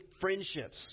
friendships